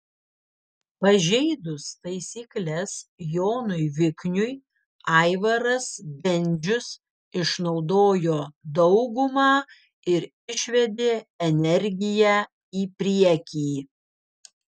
pažeidus taisykles jonui vikniui aivaras bendžius išnaudojo daugumą ir išvedė energiją į priekį